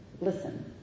Listen